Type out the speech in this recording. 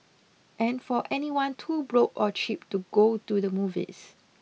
and for anyone too broke or cheap to go to the movies